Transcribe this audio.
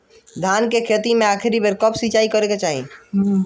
धान के खेती मे आखिरी बेर कब सिचाई करे के चाही?